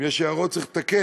אם יש הערות צריך לתקן,